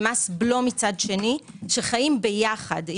ומס בלו מצד שני שחיים יחד.